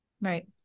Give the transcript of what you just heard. Right